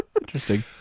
Interesting